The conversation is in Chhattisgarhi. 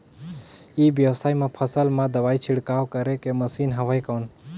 ई व्यवसाय म फसल मा दवाई छिड़काव करे के मशीन हवय कौन?